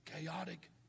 chaotic